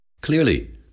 Clearly